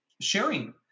sharing